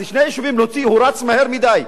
אז שני יישובים להוציא, הוא רץ מהר מדי.